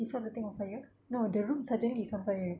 he saw the thing on fire no the room suddenly sampai